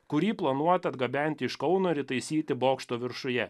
kurį planuota atgabenti iš kauno ir įtaisyti bokšto viršuje